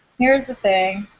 here's the thing.